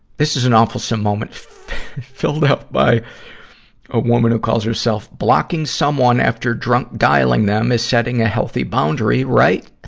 this is an awfulsome moment filled out by a woman who calls herself blocking someone after drunk dialing them is setting a healthy boundary, right?